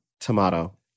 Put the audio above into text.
Tomato